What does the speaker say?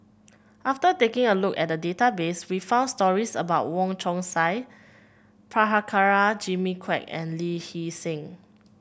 after taking a look at the database we found stories about Wong Chong Sai Prabhakara Jimmy Quek and Lee Hee Seng